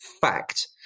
fact